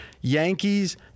Yankees